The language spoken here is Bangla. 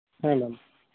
হ্যাঁ ম্যাম